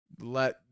let